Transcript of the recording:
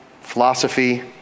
philosophy